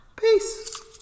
Peace